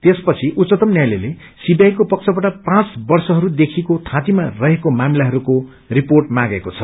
त्यसपछि उच्चतम न्यायलयले सीबीआई को पक्षबाट पाँच वर्षहरू देखिको थाँतीमा रहेको मामिलाहरूको रिर्पोट मांगेको छ